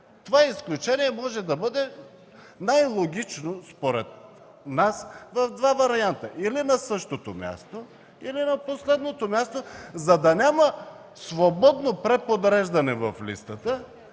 нас то може да бъде най-логично в два варианта – или на същото място, или на последното място, за да няма свободно преподреждане в листата